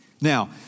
Now